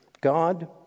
God